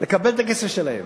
כדי שיקבלו את הכסף שלהם?